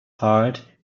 heart